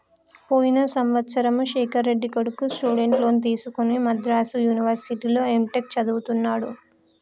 పోయిన సంవత్సరము శేఖర్ రెడ్డి కొడుకు స్టూడెంట్ లోన్ తీసుకుని మద్రాసు యూనివర్సిటీలో ఎంటెక్ చదువుతున్నడు